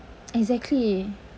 exactly